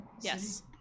Yes